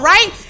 Right